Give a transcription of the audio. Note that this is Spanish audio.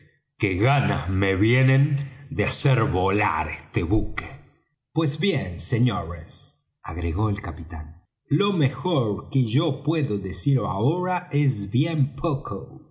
qué ganas me vienen de hacer volar este buque pues bien señores agregó el capitán lo mejor que yo puedo decir ahora es bien poco